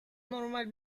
normal